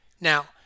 Now